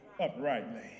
uprightly